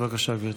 גברתי.